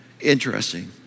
Interesting